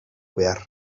behar